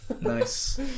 Nice